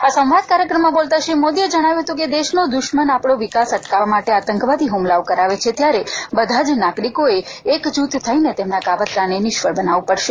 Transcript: આ સંવાદ કાર્યક્રમમાં બોલતાં શ્રી મોદીએ જણાવ્યું છે કે દેશનો દુશ્મન આપણો વિકાસ અટકાવવા માટે આતંકવાદી હુમલાઓ કરાવે છે ત્યારે બધા જ નાગરિકોએ એક જૂથ થઇને તેમના કાવતરાને નિષ્ફળ બનાવવું પડશે